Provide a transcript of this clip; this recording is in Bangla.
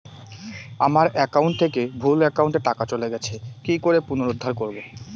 আমার একাউন্ট থেকে ভুল একাউন্টে টাকা চলে গেছে কি করে পুনরুদ্ধার করবো?